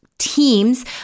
teams